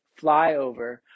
flyover